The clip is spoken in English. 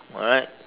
alright